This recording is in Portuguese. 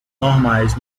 normais